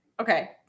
Okay